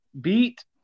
beat